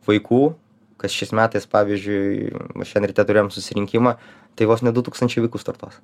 vaikų kas šiais metais pavyzdžiui šiandien ryte turėjom susirinkimą tai vos ne du tūkstančiai vaikų startuos